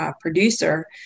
producer